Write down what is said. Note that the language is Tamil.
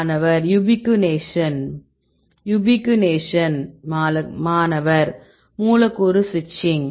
மாணவர் யுபிக்குநேஷன் யுபிக்குநேஷன் மாணவர் மூலக்கூறு சுவிட்சிங்